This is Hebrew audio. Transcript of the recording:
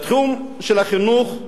בתחום החינוך,